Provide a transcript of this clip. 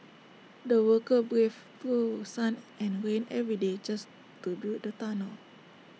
the workers braved through sun and rain every day just to build the tunnel